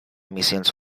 missions